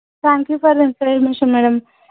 thank you for information madam